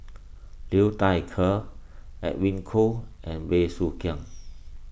Liu Thai Ker Edwin Koo and Bey Soo Khiang